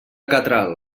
catral